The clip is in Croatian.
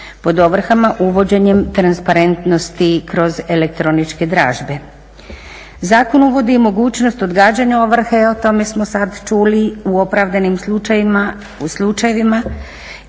pod ovrhama uvođenjem transparentnosti kroz elektroničke dražbe. Zakon uvodi i mogućnost odgađana ovrhe, o tome smo sad čuli u opravdanim slučajevima,